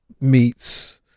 meets